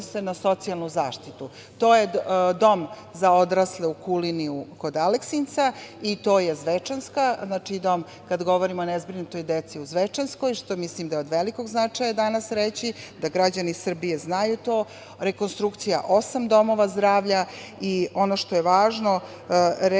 na socijalnu zaštitu. To je Dom za odrasle u Kulini kod Aleksinca i to je Zvečanska. Kad govorimo o nezbrinutoj deci u Zvečanskoj, što mislim da je od velikog značaja danas reći, da građani Srbije znaju to, rekonstrukcija osam domova zdravlja i važno je reći